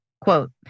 Quote